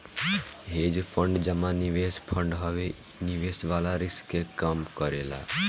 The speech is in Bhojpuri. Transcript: हेज फंड जमा निवेश फंड हवे इ निवेश वाला रिस्क के कम करेला